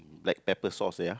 black pepper sauce ya